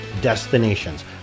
destinations